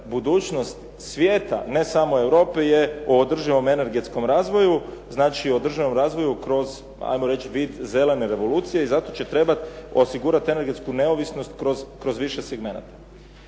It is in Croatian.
budućnost svijeta ne samo Europe je u održivom energetskom razvoju, znači održivom razvoju kroz ajmo reći vid zelene revolucije i zato će trebati osigurati energetsku neovisnost kroz više segmenata.